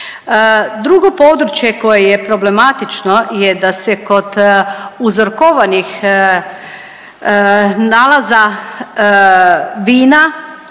Drugo područje koje je problematično je da se kod uzorkovanih nalaza vina